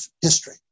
history